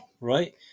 Right